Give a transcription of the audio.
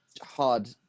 hard